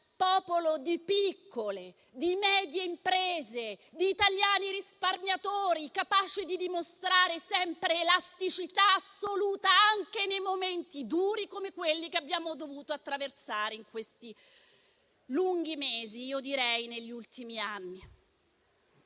popolo di piccole e medie imprese, di italiani risparmiatori, capaci di dimostrare sempre elasticità assoluta anche nei momenti duri come quelli che abbiamo dovuto attraversare in questi lunghi mesi e io direi negli ultimi anni.